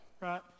Right